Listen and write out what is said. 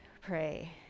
pray